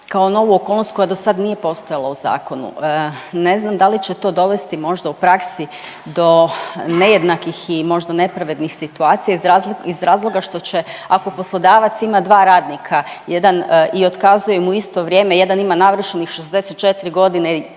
kao novu okolnost koja dosad nije postojala u zakonu. Ne znam da li će to dovesti možda u praksi do nejednakih i možda nepravednih situacija iz razloga što će ako poslodavac ima dva radnika, jedan i otkazuje mu u isto vrijeme, jedan ima navršenih 64.g. i